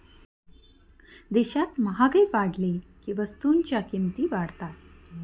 देशात महागाई वाढली की वस्तूंच्या किमती वाढतात